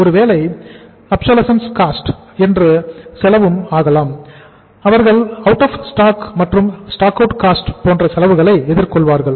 ஒருவேளை obsolescence cost போன்ற செலவுகளை எதிர்கொள்வார்கள்